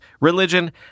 religion